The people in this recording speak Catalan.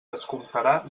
descomptarà